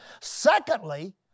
Secondly